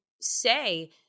say